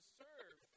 serve